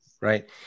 Right